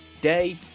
day